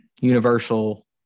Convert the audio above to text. universal